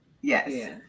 Yes